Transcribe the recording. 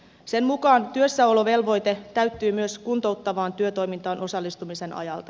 sen mukaan työssäolovelvoite täyttyy myös kuntouttavaan työtoimintaan osallistumisen ajalta